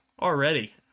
already